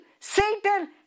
Satan